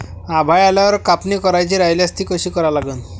आभाळ आल्यावर कापनी करायची राह्यल्यास ती कशी करा लागन?